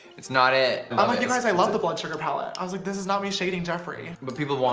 it's not it like you guys i love the blood sugar palette i was like, this is not me shading geoffrey, but people